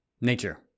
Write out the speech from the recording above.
nature